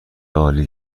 عالی